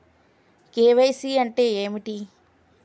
KYC అంటే ఏమిటి?